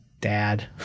Dad